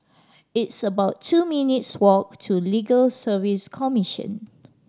it's about two minutes' walk to Legal Service Commission